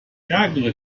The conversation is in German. ärgere